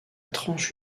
tranche